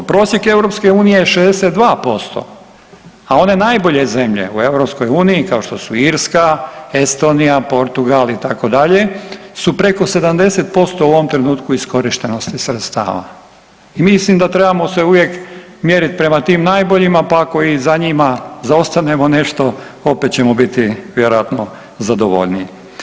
Prosjek EU je 62%, a one najbolje zemlje u EU kao što su Irska, Estonija, Portugal itd. su preko 70% u ovom trenutku iskorištenosti sredstava i mislim da trebamo se uvijek mjerit prema tim najboljima, pa i ako za njima zaostanemo nešto opet ćemo biti vjerojatno zadovoljniji.